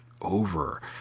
over